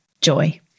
joy